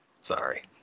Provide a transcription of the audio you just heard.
sorry